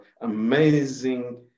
amazing